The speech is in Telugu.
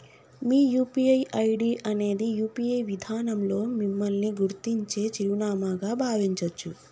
మీ యూ.పీ.ఐ ఐడి అనేది యూ.పీ.ఐ విధానంలో మిమ్మల్ని గుర్తించే చిరునామాగా భావించొచ్చు